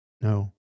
No